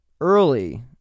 early